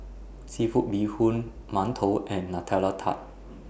Seafood Bee Hoon mantou and Nutella Tart